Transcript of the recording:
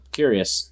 curious